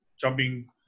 jumping